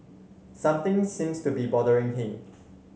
something seems to be bothering him